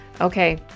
okay